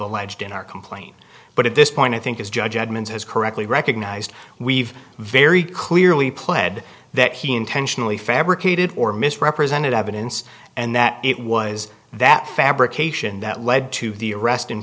lived in our complaint but at this point i think his judgement has correctly recognised we've very clearly pled that he intentionally fabricated or misrepresented evidence and that it was that fabrication that led to the arrest